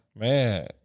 Man